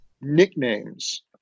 nicknames